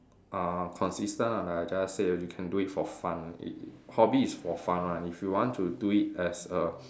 uh consistent ah like I just said you can do it for fun it hobby is for fun one if you want to do it as a